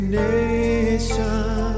nation